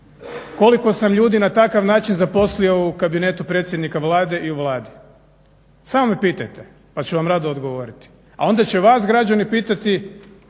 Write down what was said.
koliko sam ljudi na takav način zaposlio u Kabinetu predsjednika Vlade i u Vladi. Samo me pitajte pa ću vam rado odgovoriti, a onda će vas građani pitati